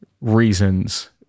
reasons